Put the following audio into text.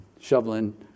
shoveling